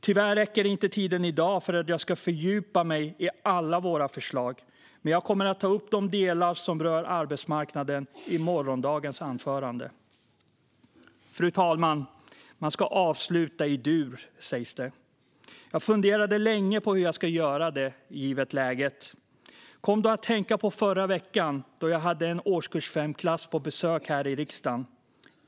Tyvärr räcker inte tiden i dag för att jag ska fördjupa mig i alla våra förslag, men jag kommer att ta upp de delar som rör arbetsmarknaden i morgondagens anförande. Fru talman! Man ska avsluta i dur, sägs det. Jag funderade länge på hur jag ska göra det, givet läget, och kom då att tänka på när jag i förra veckan hade en klass i årskurs 5 på besök här i riksdagen.